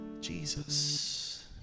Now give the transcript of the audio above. Jesus